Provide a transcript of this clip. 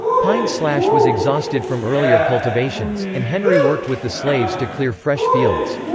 pine slash was exhausted from earlier cultivations, and henry worked with the slaves to clear fresh fields.